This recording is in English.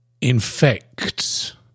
infects